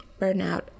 burnout